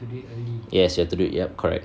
yes you have to it yup correct